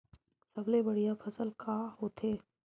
सबले बढ़िया फसल का होथे?